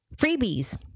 freebies